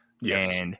Yes